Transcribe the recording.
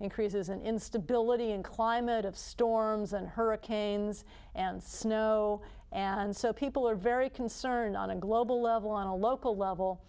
increases and instability and climate of storms and hurricanes and snow and so people are very concerned on a global level on a local level